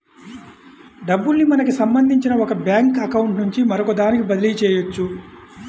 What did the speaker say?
డబ్బుల్ని మనకి సంబంధించిన ఒక బ్యేంకు అకౌంట్ నుంచి మరొకదానికి బదిలీ చెయ్యొచ్చు